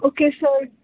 okay sir